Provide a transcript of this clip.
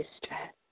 distress